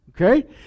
okay